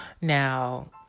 Now